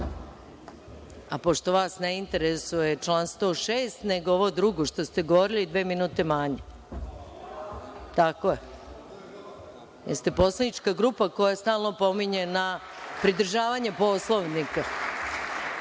a pošto vas ne interesuje član 106. nego ovo drugo što ste govorili, dva minuta manje. Tako je, jer ste poslanička grupa koja stalno opominje na pridržavanje Poslovnika. Tako